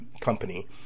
company